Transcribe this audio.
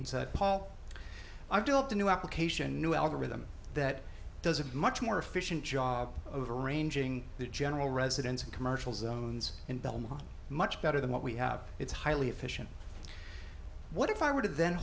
and said paul i've built a new application new algorithm that does a much more efficient job over arranging the general residence of commercial zones in belmont much better than what we have it's highly efficient what if i were to